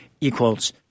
equals